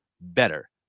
better